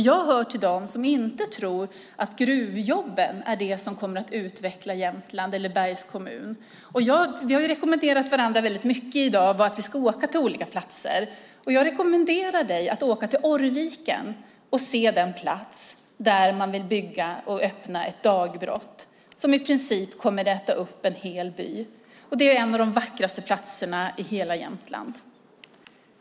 Jag hör till dem som inte tror att gruvjobben är det som kommer att utveckla Jämtland eller Bergs kommun. Vi har i dag rekommenderat varandra att åka till olika platser, och jag rekommenderar Carl B Hamilton att åka till Oviken och se den plats där man vill öppna ett dagbrott. Det kommer att i princip äta upp en hel by, en av de vackraste platserna i Jämtland.